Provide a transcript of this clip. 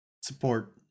Support